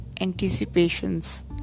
anticipations